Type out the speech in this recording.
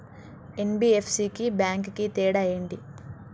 NBFC కి bank కి తేడా ఏంటి?